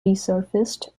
resurfaced